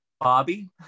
Bobby